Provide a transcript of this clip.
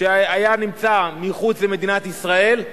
שנמצא מחוץ למדינת ישראל,